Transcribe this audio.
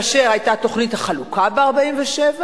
כאשר היתה תוכנית החלוקה ב-47',